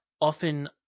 often